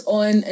on